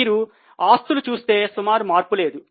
మీరు ఆస్తులు చూస్తే సుమారు మార్పు లేదు